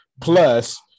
Plus